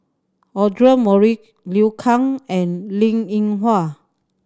Audra Morrice Liu Kang and Linn In Hua